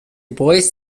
bois